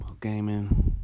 gaming